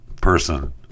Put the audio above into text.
person